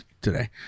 today